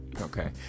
Okay